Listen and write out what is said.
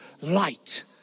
light